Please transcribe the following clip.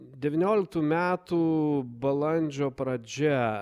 devynioliktų metų balandžio pradžia